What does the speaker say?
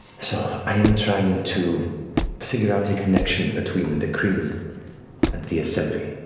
so i am trying to figure out a connection between the kryn and the assembly.